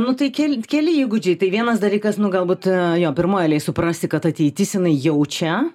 nu tai kel keli įgūdžiai tai vienas dalykas nu galbūt jo pirmoj eilėj suprasti kad ateitis jinai jau čia